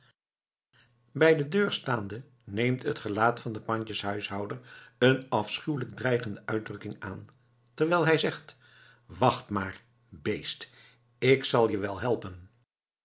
bij de deur staande neemt het gelaat van den pandjeshuishouder een afschuwelijk dreigende uitdrukking aan terwijl hij zegt wacht maar beest ik zal je wel helpen